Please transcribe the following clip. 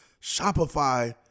Shopify